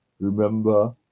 Remember